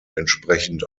entsprechend